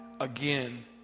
again